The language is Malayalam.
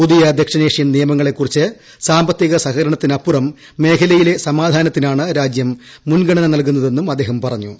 പുതിയ ദക്ഷിണേഷ്യൻ നയമനുസരിച്ച് സാമ്പത്തിക സഹകരണത്തിനപ്പുറം മേഖലയിലെ സമാധാത്തിനാണ് രാജ്യം മുൻഗണന നല്കുന്നതെന്നും അദ്ദേഹം പറഞ്ഞു